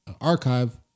archive